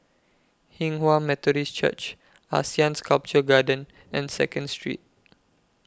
Hinghwa Methodist Church Asean Sculpture Garden and Second Street